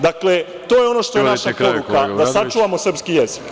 Dakle, to je ono što je naša poruka, da sačuvamo srpski jezik.